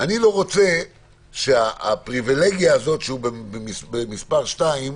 אני לא רוצה שהפריבילגיה הזו, שהוא מספר 2,